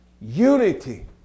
unity